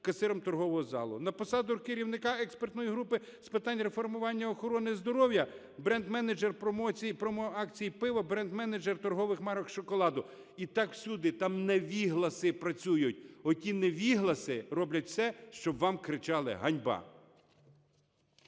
касиром торгового залу, на посаду керівника Експертної групи з питань реформування охорони здоров'я бренд-менеджер промоцій, промоакцій пива бренд-менеджер торгових марок шоколаду. І так всюди. Там невігласи працюють. Оті невігласи роблять все, щоб вам кричали "ганьба".